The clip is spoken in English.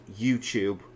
YouTube